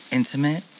intimate